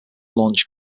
launched